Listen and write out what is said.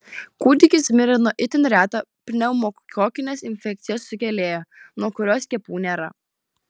kūdikis mirė nuo itin reto pneumokokinės infekcijos sukėlėjo nuo kurio skiepų nėra